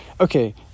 okay